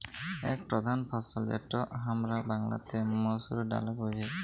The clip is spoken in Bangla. এক প্রধাল ফসল যেটা হামরা বাংলাতে মসুর ডালে বুঝি